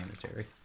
sanitary